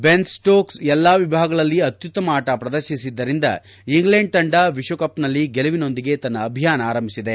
ಬೆನ್ಸ್ಲೋಕ್ಸ್ ಎಲ್ಲಾ ವಿಭಾಗಗಳಲ್ಲಿ ಅತ್ಯುತ್ತಮ ಆಟ ಪ್ರದರ್ಶಿಸಿದರಿಂದ ಇಂಗ್ಲೆಂಡ್ ತಂಡ ವಿಶ್ವಕಪ್ನಲ್ಲಿ ಗೆಲುವಿನೊಂದಿಗೆ ತನ್ನ ಅಭಿಯಾನ ಆರಂಭಿಸಿದೆ